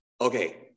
okay